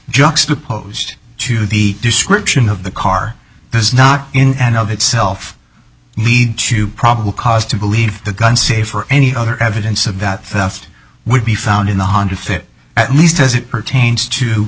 juxtaposed to the description of the car does not in and of itself lead to probable cause to believe the gun safe or any other evidence of that theft would be found in the hundred fit at least as it pertains to